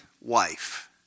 wife